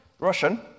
Russian